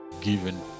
given